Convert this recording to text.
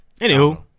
Anywho